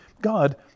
God